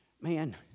man